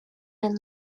and